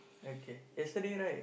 okay yesterday right